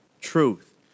Truth